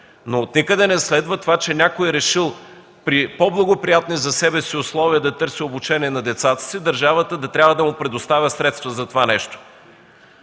но от никъде не следва, че някой е решил при по-благоприятни за себе си условия да търси обучение на децата си, държавата да трябва да му предоставя средства за това нещо.